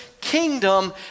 kingdom